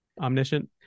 omniscient